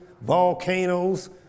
volcanoes